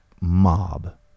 mob